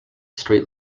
street